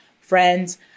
friends